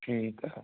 ਠੀਕ ਆ